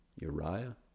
Uriah